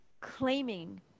claiming